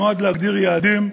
נועד להגדיר יעדים.